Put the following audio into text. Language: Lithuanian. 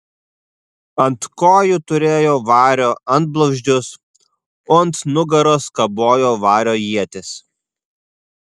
ant kojų turėjo vario antblauzdžius o ant nugaros kabojo vario ietis